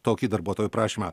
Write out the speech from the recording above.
tokį darbuotojo prašymą